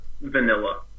vanilla